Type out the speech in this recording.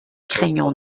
craignons